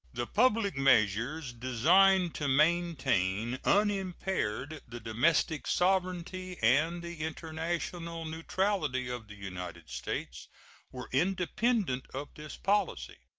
the public measures designed to maintain unimpaired the domestic sovereignty and the international neutrality of the united states were independent of this policy,